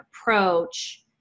approach